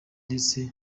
ndetse